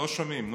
לא שומעים.